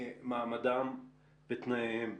מעמדם ותנאיהם.